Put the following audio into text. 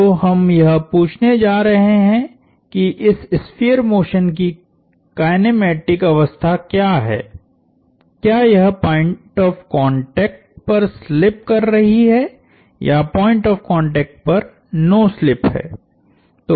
तो हम यह पूछने जा रहे हैं कि इस स्फीयर मोशन की काइनेमेटिक अवस्था क्या है क्या यह पॉइंट ऑफ़ कांटेक्ट पर स्लिप कर रही है या पॉइंट ऑफ़ कांटेक्ट पर नो स्लिप है